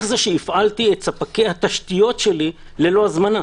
זה שהפעלתי את ספקי התשתיות שלי ללא הזמנה.